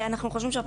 לדעתנו,